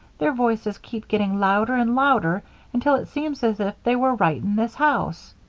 their voices keep getting louder and louder until it seems as if they were right in this house.